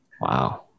Wow